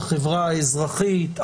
החברה האזרחית,